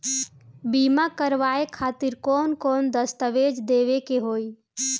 बीमा करवाए खातिर कौन कौन दस्तावेज़ देवे के होई?